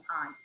on